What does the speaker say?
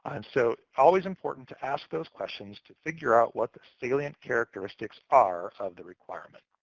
and so always important to ask those questions to figure out what the salient characteristics are of the requirement.